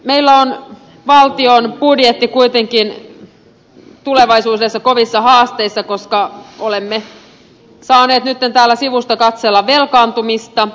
meillä on valtion budjetti kuitenkin tulevaisuudessa kovissa haasteissa koska olemme saaneet nytten täällä sivusta katsella velkaantumista